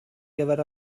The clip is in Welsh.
gyfer